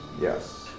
Yes